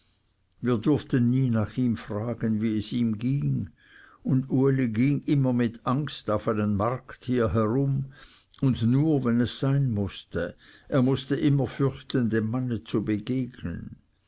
wir durften nie nach ihm fragen wie es ihm ging und uli ging immer mit angst auf einen markt hierherum und nur wenn es sein mußte er mußte immer fürchten dem manne zu begegnen